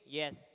yes